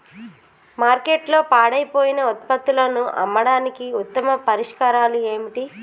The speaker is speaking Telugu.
మార్కెట్లో పాడైపోయిన ఉత్పత్తులను అమ్మడానికి ఉత్తమ పరిష్కారాలు ఏమిటి?